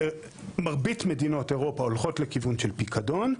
מרבית מדינות אירופה הולכות לכיוון של פיקדון.